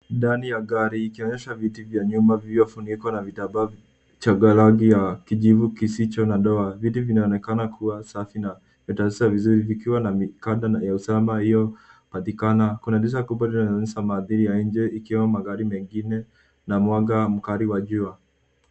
Ndani ya gari ikionyesha viti vya nyuma vilivyofunikwa na vitambaa changarangi ya kijivu kisicho na doa. Viti vinaonekana kuwa safi na vimetayarishwa vizuri vikiwa na mikanda ya usalama iliyopatikana. Kuna dirisha kubwa linaloonyesha manadhari ya nje ikiwemo magari mengine na mwanga mkali wa jua.